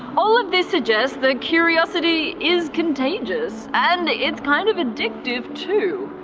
all of this suggests that curiosity is contagious and it's kind of addictive too.